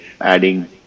adding